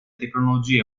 tecnologie